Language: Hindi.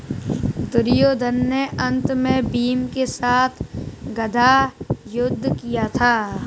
दुर्योधन ने अन्त में भीम के साथ गदा युद्ध किया था